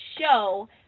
show